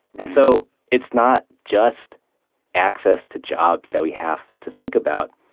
and so it's not just access to jobs that we have to think about,